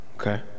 Okay